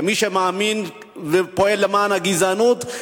כמי שמאמין ופועל נגד הגזענות,